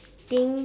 think